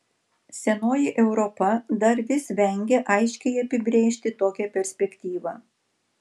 senoji europa dar vis vengia aiškiai apibrėžti tokią perspektyvą